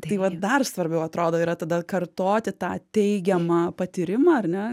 tai va dar svarbiau atrodo yra tada kartoti tą teigiamą patyrimą ar ne